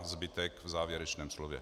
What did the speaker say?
Zbytek v závěrečném slově.